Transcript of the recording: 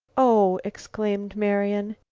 oh! exclaimed marian,